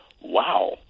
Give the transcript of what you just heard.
wow